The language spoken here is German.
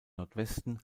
nordwesten